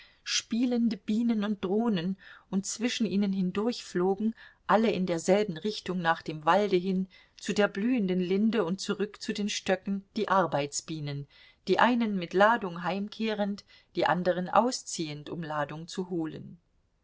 spielende bienen und drohnen und zwischen ihnen hindurch flogen alle in derselben richtung nach dem walde hin zu der blühenden linde und zurück zu den stöcken die arbeitsbienen die einen mit ladung heimkehrend die anderen ausziehend um ladung zu holen